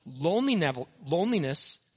loneliness